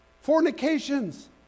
fornications